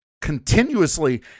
continuously